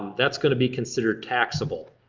that's gonna be considered taxable.